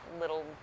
little